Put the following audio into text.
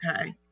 Okay